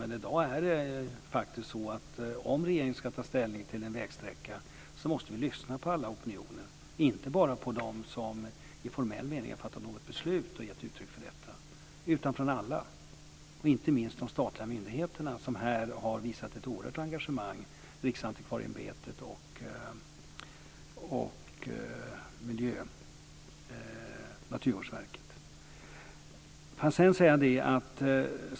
Men i dag måste regeringen lyssna på alla opinioner vid ett ställningstagande till en vägsträcka, inte bara på dem som i formell mening har fattat något beslut och gett uttryck för detta utan för alla, inte minst de statliga myndigheter som har visat ett oerhört engagemang. Det gäller Riksantikvarieämbetet och Naturvårdsverket.